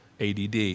ADD